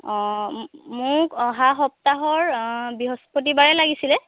অ মোক অহা সপ্তাহৰ বৃহস্পতিবাৰে লাগিছিলে